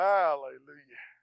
Hallelujah